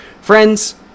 Friends